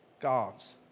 gods